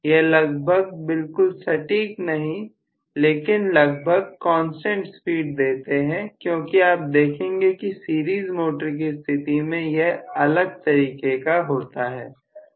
यह लगभग बिल्कुल सटीक नहीं लेकिन लगभग कांस्टेंट स्पीड देते हैं क्योंकि आप देखेंगे कि सीरीज मोटर की स्थिति में यह अलग तरीके का होता है